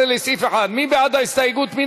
19 לסעיף 1, מי בעד ההסתייגות?